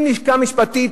עם לשכה משפטית,